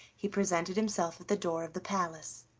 he presented himself at the door of the palace,